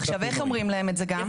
איך אומרים להם את זה גם?